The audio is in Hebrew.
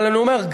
אבל אני אומר,